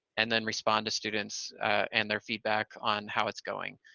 and then respond to students and their feedback on how it's going,